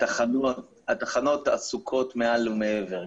התחנות עסוקות מעל ומעבר.